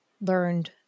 learned